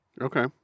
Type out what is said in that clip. Okay